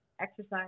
exercise